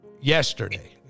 yesterday